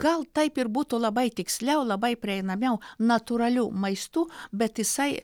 gal taip ir būtų labai tiksliau labai prieinamiau natūraliu maistu bet jisai